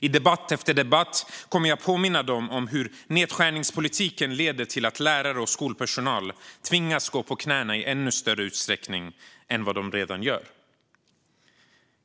I debatt efter debatt kommer jag att påminna dem om hur deras nedskärningspolitik leder till att lärare och skolpersonal tvingas gå på knäna i ännu större utsträckning än de redan gör.